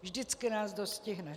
Vždycky nás dostihne.